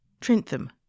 Trentham